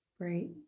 Great